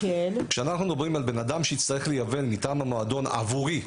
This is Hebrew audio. כשאנחנו מדברים על בן אדם שיצטרך לייבא מטעם המועדון עבורי,